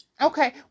Okay